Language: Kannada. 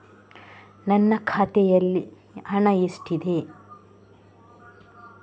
ನನ್ನ ಖಾತೆಯಲ್ಲಿ ಹಣ ಎಷ್ಟಿದೆ?